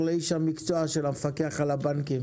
אבל לצערנו הוא קיים רק בבנקים הקטנים.